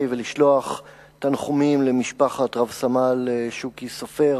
ולשלוח תנחומים למשפחת רב-סמל שוקי סופר